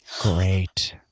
great